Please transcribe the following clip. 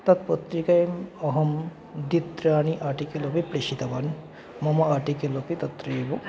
तत्पत्रिकायाम् अहं द्वित्रीणि आटिकल् अपि प्रेषितवान् मम आटिकेल् अपि तत्रैव